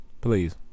Please